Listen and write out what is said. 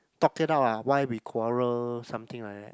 talk it out lah why we quarrel something like that